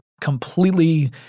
completely